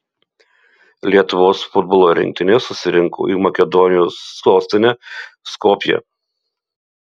lietuvos futbolo rinktinė susirinko į makedonijos sostinę skopję